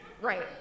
Right